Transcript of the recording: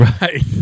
right